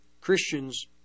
Christians